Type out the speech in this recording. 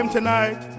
Tonight